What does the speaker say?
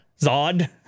Zod